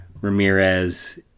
Ramirez